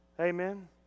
Amen